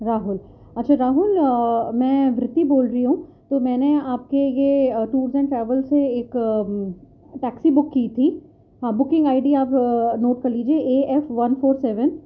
راہل اچھا راہل میں ورتی بول ہی ہوں تو میں نے آپ کے یہ ٹورز اینڈ ٹریولز سے ایک ٹیکسی بک کی تھی ہاں بکنگ آئی ڈی آپ نوٹ کر لیجیے A F one four seven